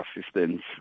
assistance